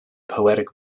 poetic